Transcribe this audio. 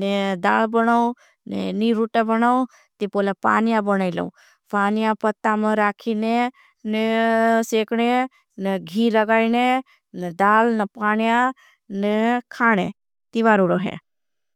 ने दाल बनाओं ने नी रूटा बनाओं ती। पोला पान्या बनाओं। पान्या पत्ता में राखीने ने। सेकने ने घी रगाईने ने दाल ने पान्या ने खाने। ती बार उड़ो हैं।